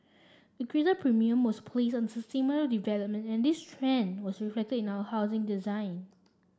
a greater premium was placed on development and this trend was reflected in our housing design